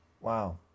Wow